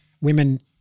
women